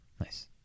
Nice